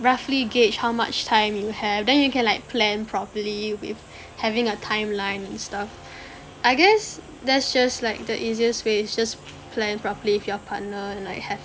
roughly gauge how much time you have then you can like plan properly with having a timeline and stuff I guess that's just like the easiest way is just plan properly with your partner and like have